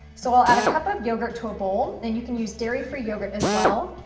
so i'll add a cup of yogurt to a bowl, and you can use dairy-free yogurt as well.